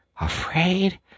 Afraid